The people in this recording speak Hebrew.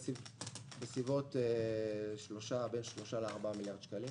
בין 3 4 מיליארד שקלים,